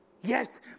Yes